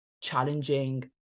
challenging